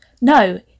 No